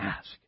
ask